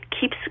keeps